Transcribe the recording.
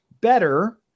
better